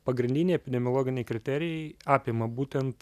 pagrindiniai epidemiologiniai kriterijai apima būtent